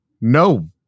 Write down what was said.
No